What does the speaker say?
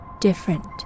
different